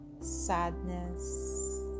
sadness